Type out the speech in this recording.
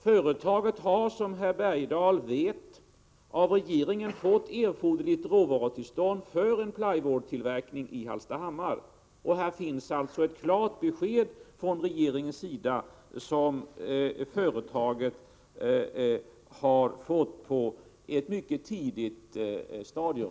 Företaget har, som herr Bergdahl vet, av regeringen fått erforderligt råvarutillstånd för en plywoodtillverkning i Hallstahammar. Här finns alltså ett klart besked från regeringen, vilket företaget har fått på ett mycket tidigt stadium.